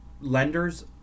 lenders